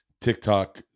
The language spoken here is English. TikTok